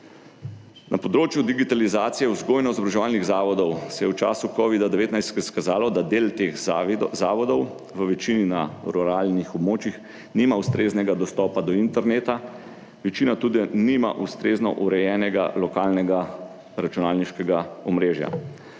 Na področju digitalizacije vzgojno-izobraževalnih zavodov se je v času covida-19 izkazalo, da del teh zavodov, v večini na ruralnih območjih, nima ustreznega dostopa do interneta, večina tudi nima ustrezno urejenega lokalnega računalniškega omrežja.